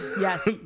Yes